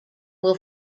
will